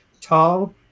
tall